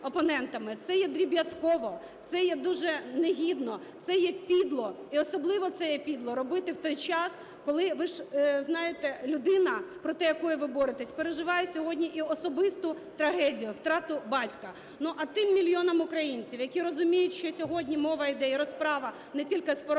Це є дріб'язково, це є дуже негідно, це є підло, і особливо це є підло робити в той час, коли, ви ж знаєте, людина, проти якої ви боретеся, переживає сьогодні і особисту трагедію – втрату батька. А тим мільйонам українців, які розуміють, що сьогодні мова йде і розправа не тільки з Порошенком,